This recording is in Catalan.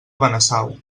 benasau